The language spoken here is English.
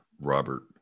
Robert